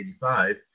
1985